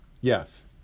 yes